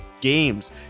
games